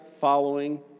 following